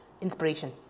Inspiration